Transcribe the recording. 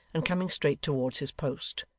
and coming straight towards his post.